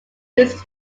uses